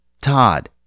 Todd